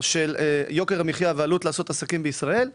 של יוקר המחיה ועלות לעשות עסקים בישראל,